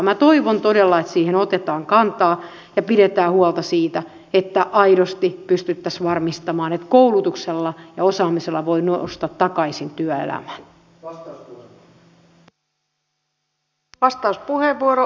minä toivon todella että siihen otetaan kantaa ja pidetään huolta siitä että aidosti pystyttäisiin varmistamaan että koulutuksella ja osaamisella voi nousta takaisin työelämään